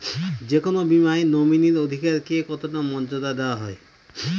যে কোনো বীমায় নমিনীর অধিকার কে কতটা মর্যাদা দেওয়া হয়?